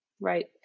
Right